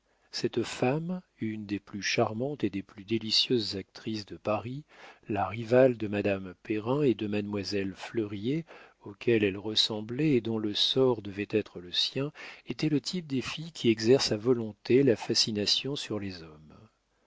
cette femme une des plus charmantes et des plus délicieuses actrices de paris la rivale de madame perrin et de mademoiselle fleuriet auxquelles elle ressemblait et dont le sort devait être le sien était le type des filles qui exercent à volonté la fascination sur les hommes